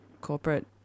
corporate